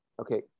Okay